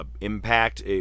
impact